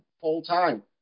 full-time